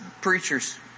preacher's